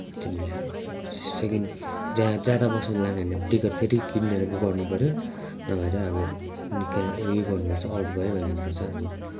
अब तिमीले सेकेन्ड ज्यादा बस्नु मन लाग्यो भने टिकट फेरि किनेर गर्नु पऱ्यो नभए चाहिँ अब निकै उयो गर्नु पर्छ आउट भइहाल्नु पर्छ